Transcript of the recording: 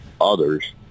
Others